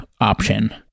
option